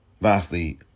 Vastly